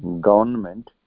government